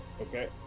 Okay